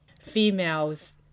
females